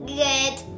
good